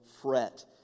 fret